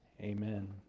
Amen